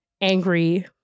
angry